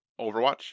overwatch